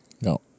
No